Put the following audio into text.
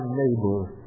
neighbors